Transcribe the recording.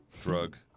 drug